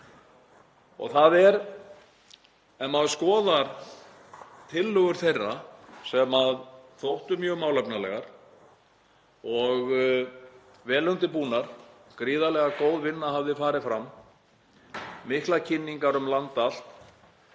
Ef maður skoðar tillögur þeirra sem þóttu mjög málefnalegar og vel undirbúnar, gríðarlega góð vinna hafði farið fram og mikla kynningar um land allt,